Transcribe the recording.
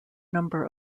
number